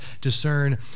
discern